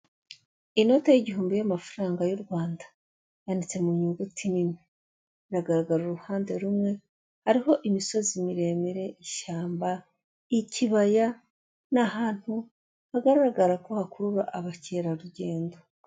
Inote y'igihumbi y'amafaranga y'u Rwanda, yanditse mu nyuguti nini. Iragaragara uruhande rumwe, hariho imisozi miremire, ishyamba, ikibaya, ni ahantu hagaragara ko hakurura abakerarugendo.